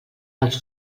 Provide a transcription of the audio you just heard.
als